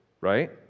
right